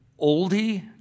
oldie